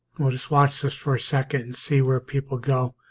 we'll just watch this for a second and see where people go